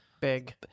big